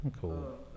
cool